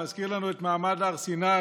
מזכיר לנו את מעמד הר סיני